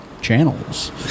channels